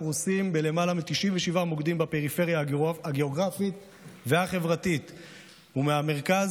הפרוסים במעל ל-97 מוקדים בפריפריה הגיאוגרפית והחברתית ומהמרכז,